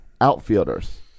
Outfielders